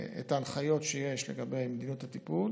את ההנחיות שיש לגבי מדיניות הטיפול,